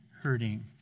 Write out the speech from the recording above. hurting